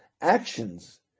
actions